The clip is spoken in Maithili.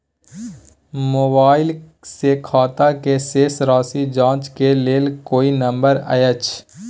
मोबाइल से खाता के शेस राशि जाँच के लेल कोई नंबर अएछ?